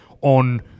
on